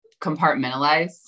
compartmentalize